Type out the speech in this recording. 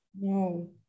No